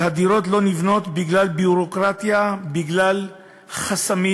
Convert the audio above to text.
אבל הדירות לא נבנות בגלל ביורוקרטיה, בגלל חסמים,